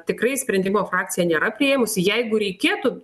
tikrai sprendimo frakcija nėra priėmusi jeigu reikėtų